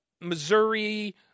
Missouri